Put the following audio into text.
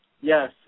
Yes